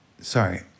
Sorry